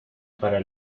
para